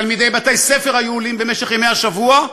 תלמידי בתי-ספר היו עולים במשך ימי השבוע.